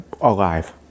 Alive